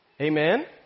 Amen